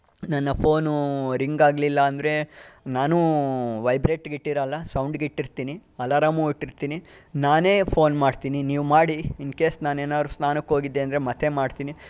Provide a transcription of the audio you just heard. ನನ್ನ phone ring ಆಗಲಿಲ್ಲ ಅಂದರೆ ನಾನು ವೈಬ್ರೇಟ್ಗೆ ಇಟ್ಟಿರಲ್ಲ ಸೌಂಡ್ಗೆ ಇಟ್ಟಿರ್ತೀನಿ ಅಲಾರಾಮು ಇಟ್ಟಿರ್ತೀನಿ ನಾನೇ ಫೋನ್ ಮಾಡ್ತೀನಿ ನೀವು ಮಾಡಿ ಇನ್ಕೇಸ್ ನಾನೇನಾರ ಸ್ನಾನಕ್ಕೆ ಹೋಗಿದ್ದೆ ಅಂದರೆ ಮತ್ತೆ ಮಾಡ್ತೀನಿ